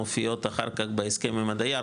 מופיעות אחר כך בהסכם עם הדייר,